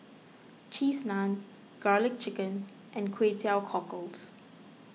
Cheese Naan Garlic Chicken and Kway Teow Cockles